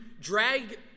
drag